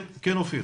כן, כן, אופיר.